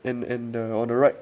and and the on the right